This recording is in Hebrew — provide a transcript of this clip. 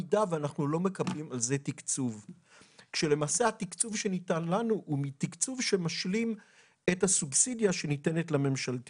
ההנחיות לנוכח זה שאנחנו נמצאים כבר שנתיים במגפה שמאוד מקשה על כולנו.